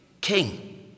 king